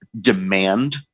demand